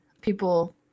people